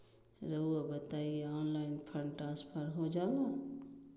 रहुआ बताइए online fund transfer हो जाला?